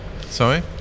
Sorry